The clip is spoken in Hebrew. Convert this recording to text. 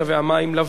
זו ועדת הפנים,